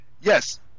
Yes